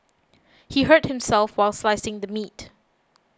he hurt himself while slicing the meat